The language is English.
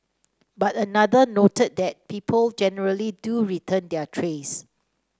but another noted that people generally do return their trays